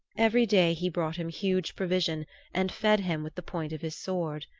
every day he brought him huge provision and fed him with the point of his sword.